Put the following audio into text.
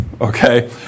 okay